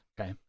okay